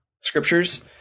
scriptures